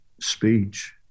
speech